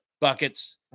buckets